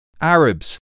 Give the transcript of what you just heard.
Arabs